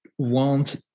want